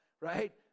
right